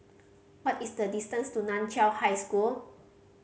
what is the distance to Nan Chiau High School